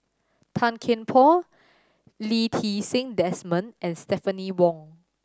Tan Kian Por Lee Ti Seng Desmond and Stephanie Wong